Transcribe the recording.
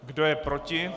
Kdo je proti?